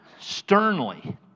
sternly